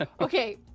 Okay